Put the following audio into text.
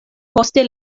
poste